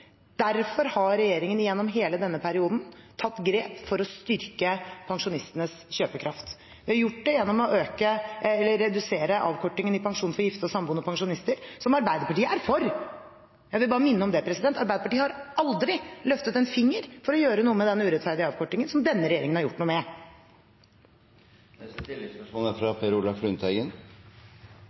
Derfor har regjeringen gjennom hele denne perioden tatt grep for å styrke pensjonistenes kjøpekraft. Vi har gjort det gjennom å redusere avkortningen i pensjonen for gifte og samboende pensjonister, som Arbeiderpartiet er for, jeg vil bare minne om det. Arbeiderpartiet har aldri løftet en finger for å gjøre noe med denne urettferdige avkortningen, som denne regjeringen har gjort noe med. Per Olaf Lundteigen